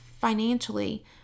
financially